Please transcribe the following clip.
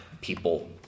people